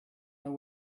know